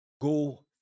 Go